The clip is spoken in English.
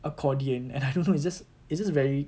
accordion and I don't know it's just it's just very